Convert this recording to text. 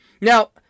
Now